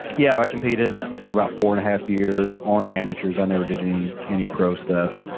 yeah. i competed ah for about four and a half years, only amateurs. i never did any any pro stuff.